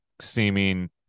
seeming